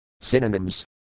Synonyms